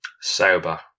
Sober